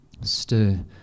stir